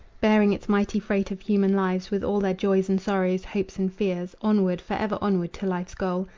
bearing its mighty freight of human lives with all their joys and sorrows, hopes and fears, onward, forever onward, to life's goal.